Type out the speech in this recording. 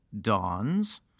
dawns